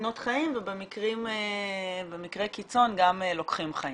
מסכנות חיים ובמקרי קיצון גם לוקחים חיים.